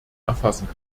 erfassen